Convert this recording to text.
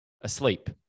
asleep